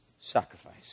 sacrifice